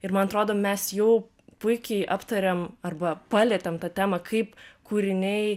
ir man atrodo mes jau puikiai aptarėm arba palietėm tą temą kaip kūriniai